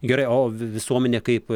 gerai o visuomenė kaip